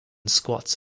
squads